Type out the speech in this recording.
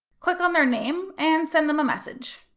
click on their name, and send them a message.